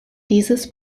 dieses